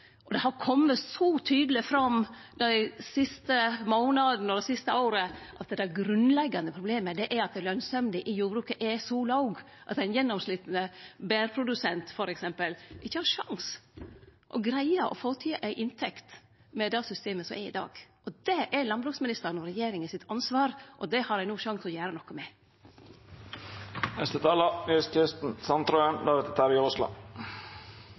det har kome så tydeleg fram dei siste månadene og det siste året at det grunnleggjande problemet er at lønsemda i jordbruket er så låg at f.eks. ein gjennomsnittleg bærprodusent ikkje har sjanse til å greie å få ei inntekt med det systemet som er i dag. Det er ansvaret til landbruksministeren og regjeringa, og det har dei no sjansen til å gjere noko